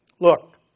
look